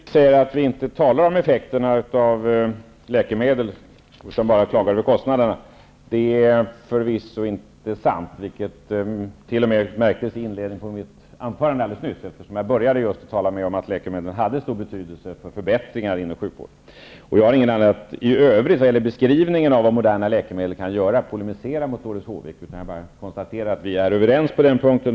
Fru talman! Doris Håvik säger att vi inte talar om effekterna av läkemedel utan bara klagar över kostnaderna. Det är förvisso inte sant, vilket t.o.m. märktes i inledningen av mitt anförande alldeles nyss. eftersom jag började med att säga att läkemedlen har stor betydelse för förbättringar inom sjukvården. Jag har i övrigt när det gäller beskrivningen av vad moderna läkemedel kan göra ingen anledning att polemisera mot Doris Håvik. Jag konstaterar att vi är överens på den punkten.